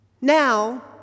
Now